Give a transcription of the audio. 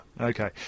Okay